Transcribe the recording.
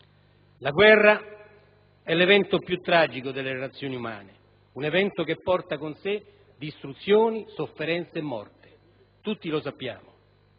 La guerra è l'evento più tragico delle relazioni umane; un evento che porta con sé distruzioni, sofferenze e morte; tutti lo sappiamo.